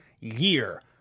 year